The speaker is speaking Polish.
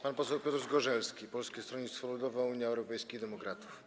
Pan poseł Piotr Zgorzelski, Polskie Stronnictwo Ludowe - Unia Europejskich Demokratów.